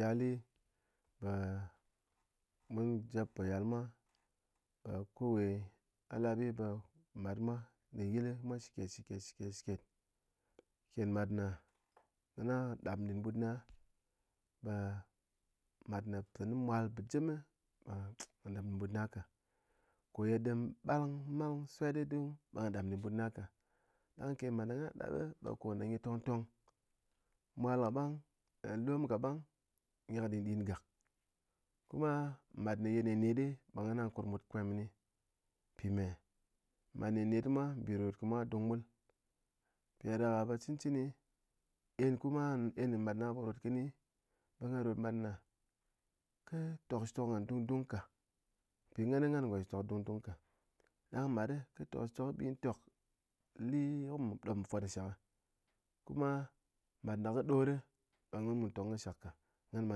Yale ɓe mun jep po yal ɓe kowe a lap ɓe mát mwa ndɨn yil mwa shɨket shɨket shɨket shɨket shɨket kén mát na ghana ɗap ndɨn ɓut na mát ne tɨné mwal bɨgém bɓe gha lɨp ɓut na ka, ko ye dɨm ɓang ɓe ghá ɗap ndɨn ɓut na ka, ɗang ken mat na gha ɗap ɗo ko ne nyi tongtong, mwal ka ɓang lom ka ɓang nyi kɨ ɗin ɗin gak, kuma mat ne ye netnet ɓe ghana kurmut kwem kɨni mpime, mat netnet mwa mbi rotrot mwa dungɓul mpiɗáɗaka ɓe cɨn chɨni en kuma en matna ghan po rot kɨni, ɓe ghan rot matna kɨ tok shitok ghan dungdung ka mpi ghan ghan ngo shitok dungdung ka, ɗang mát kɨ tok shitok ɓi tok li ko mu fot shak kuma mát na kɨ nor ɓe ghan ɓe gha tong shak ka, ghan ɓa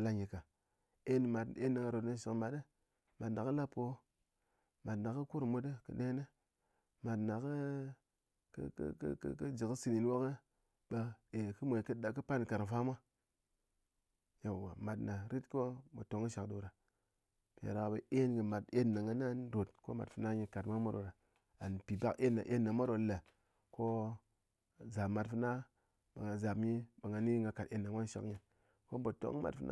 la nyi ka en mat en gha rot nyi shɨk mat, mat na kɨ lapo, mat na kɨ kɨrmut kɨ nen, mat nakɨ kɨ kɨ kɨ kɨ wok ɓe eh kɨ mwen kɨ ɗa kɨ pan nkarng fa mwa, yauwa mátna rit ko mu tong kɨ shak ɗoɗa mpiɗáɗaka ɓe en mé mat yauwa en ko gha na rot kɨné mat fɨna nyi kat mwa mwa ɗoɗa and mpi pak en en ɗe mwa ɗo le ko záp mát fana ɓe gha záp nyi ɓe gha ni gha kat en ɗa mwa nshɨk kɨni mun po tong kɨ mat fana